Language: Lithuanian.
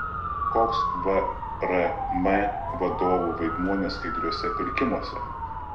koks vrm vadovų vaidmuo neskaidriuose pirkimuose